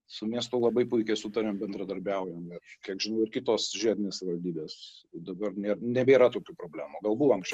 su miestu labai puikiai sutariam bendradarbiaujam ir kiek žinau ir kitos žiedinės savaldybės dabar nėr nebėra tokių problemų gal buvo anksčiau